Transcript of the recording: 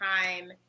time